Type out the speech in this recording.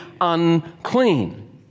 unclean